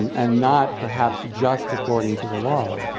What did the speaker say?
and not, perhaps, just according to the laws.